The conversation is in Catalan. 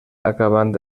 acabant